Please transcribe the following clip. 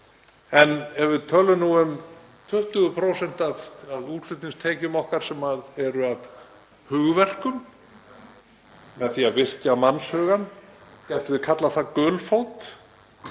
En ef við tölum nú um 20% af útflutningstekjum okkar sem eru af hugverkum, með því að virkja mannshugann, getum við kallað það gulfót